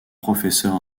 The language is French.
professeur